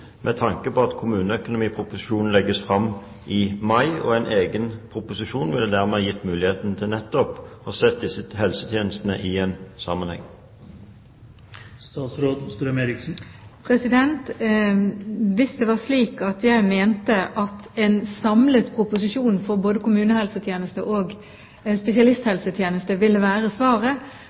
egen proposisjon dermed ville gitt muligheten til nettopp å se disse helsetjenestene i en sammenheng? Hvis det var slik at jeg mente at en samlet proposisjon for både kommunehelsetjenesten og spesialisthelsetjenesten ville være svaret,